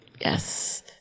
yes